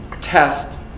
test